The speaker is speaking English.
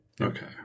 Okay